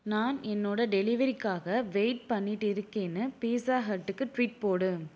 நான் என்னோட டெலிவரிக்காக வெயிட் பண்ணிகிட்டு இருக்கேன்னு பீட்சா ஹட்டுக்கு ட்விட் போடு